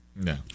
No